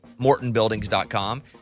MortonBuildings.com